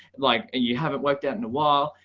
like ah you haven't worked out in a while,